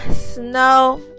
snow